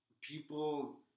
People